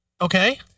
Okay